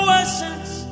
essence